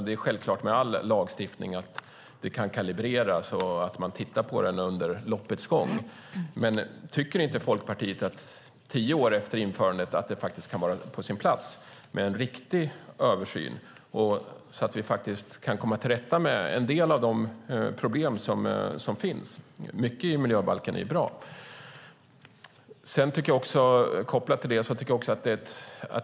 Det är självklart att man kalibrerar och tittar på all lagstiftning. Tycker inte Folkpartiet att det tio år efter införandet kan vara på sin plats med en riktig översyn så att vi kan komma till rätta med en del av de problem som finns? Mycket i miljöbalken är bra.